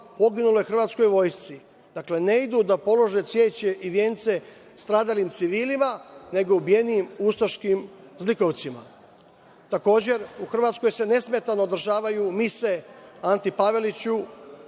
poginule hrvatske vojske. Dakle, ne idu da polože cveće i vence stradalim civilima, nego ubijenim ustaškim zlikovcima. Takođe, u Hrvatskoj se nesmetano održavaju mise Anti Paveliću